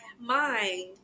mind